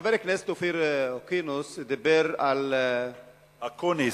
חבר הכנסת אופיר אוקינוס דיבר על, אקוניס.